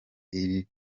iri